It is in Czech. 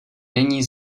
není